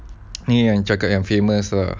ni ah cakap yang famous lah